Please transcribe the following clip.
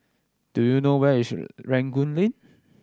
do you know where is Rangoon Lane